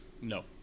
No